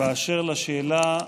באשר לשאלה,